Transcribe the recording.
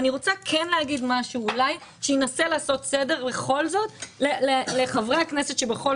אני רוצה כן להגיד משהו שינסה לעשות סדר לחברי הכנסת שבכל